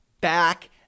back